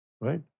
Right